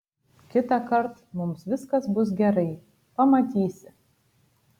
kitąkart mums viskas bus gerai pamatysi